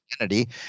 identity